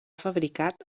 fabricat